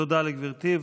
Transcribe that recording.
תודה, גברתי.